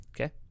Okay